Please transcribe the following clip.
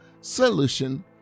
solution